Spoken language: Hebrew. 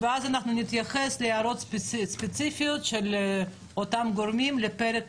ואז נתייחס להערות ספציפיות של אותם גורמים לפרק